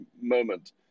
moment